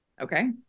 Okay